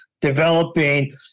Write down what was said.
developing